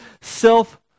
self